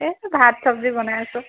এই ভাত চব্জি বনাই আছোঁ